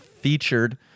featured